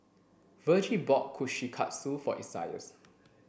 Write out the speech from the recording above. Virgie bought Kushikatsu for Isaias